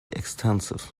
extensive